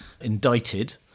indicted